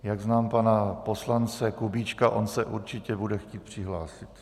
Jak znám pana poslance Kubíčka, on se určitě bude chtít přihlásit.